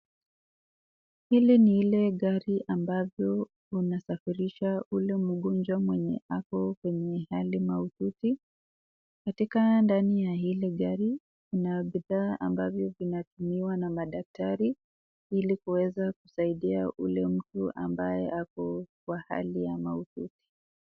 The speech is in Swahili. Hili ni lile gari ambalo linasafirisha ule mgojwa ako kwenye hali mahututi. katika ndani ya hili gari kuna bidhaa ambavyo vinatumiwa na madaktari, ili kuweza kusaidia ule mtu ambaye ako kwa hali mahututi.